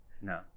No